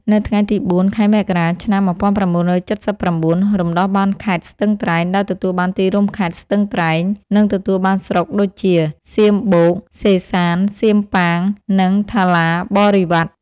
នៅថ្ងៃទី ០៤ ខែមករា ឆ្នាំ ១៩៧៩ រំដោះបានខេត្តស្ទឹងត្រែង ដោយទទួលបានទីរួមខេត្ត ស្ទឹងត្រែង និងទទួលបានស្រុកដូចជា សៀមបូក សេសាន សៀមប៉ាង និងថាឡាបរិវ៉ាត់។